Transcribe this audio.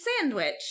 sandwich